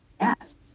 yes